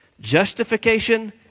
justification